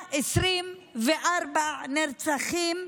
124 נרצחים,